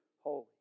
holy